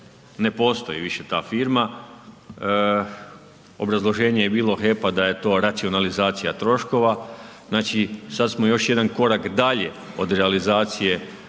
Ne postoji više ta firma. Obrazloženje je bilo HEP-a da je to racionalizacija troškova, znači, sad smo još jedan korak dalje od realizacije